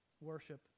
worship